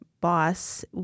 boss